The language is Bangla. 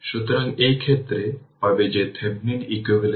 সুতরাং এখানে বেশি ব্যাখ্যা করা হবে না